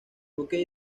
duke